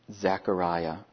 Zechariah